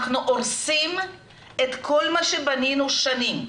אנחנו הורסים את כל מה שבנינו שנים.